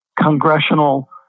congressional